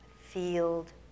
field